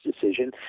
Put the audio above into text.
decision